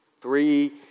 three